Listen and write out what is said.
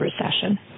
recession